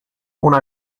una